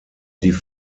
die